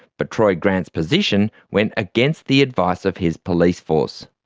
but troy grant's position went against the advice of his police force.